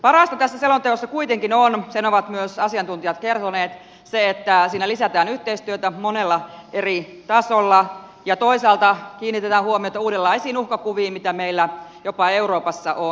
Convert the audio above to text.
parasta tässä selonteossa kuitenkin on sen ovat myös asiantuntijat kertoneet se että siinä lisätään yhteistyötä monella eri tasolla ja toisaalta kiinnitetään huomiota uudenlaisiin uhkakuviin mitä meillä jopa euroopassa on